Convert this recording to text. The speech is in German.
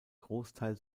großteil